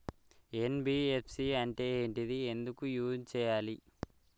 NBFC అంటే ఏంటిది ఎందుకు యూజ్ చేయాలి?